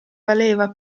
valeva